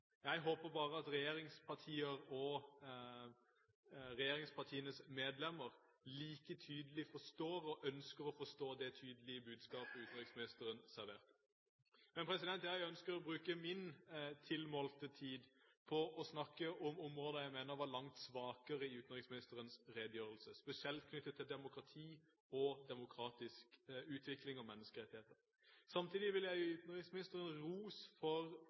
Jeg håper bare at regjeringspartienes medlemmer like tydelig forstår og ønsker å forstå det tydelige budskapet utenriksministeren serverte. Men jeg ønsker å bruke min tilmålte tid på å snakke om områder jeg mener var langt svakere i utenriksministerens redegjørelse, spesielt knyttet til demokrati og demokratisk utvikling og menneskerettigheter. Samtidig vil jeg gi utenriksministeren ros for